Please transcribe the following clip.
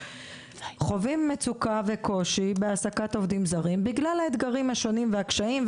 חווים מצוקה וקושי בהעסקת עובדים זרים בגלל האתגרים השונים והקשיים,